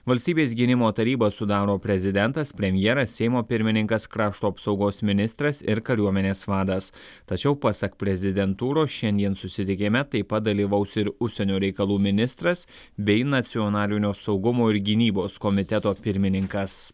valstybės gynimo tarybą sudaro prezidentas premjeras seimo pirmininkas krašto apsaugos ministras ir kariuomenės vadas tačiau pasak prezidentūros šiandien susitikime taip pat dalyvaus ir užsienio reikalų ministras bei nacionalinio saugumo ir gynybos komiteto pirmininkas